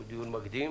הוא דיון מקדים.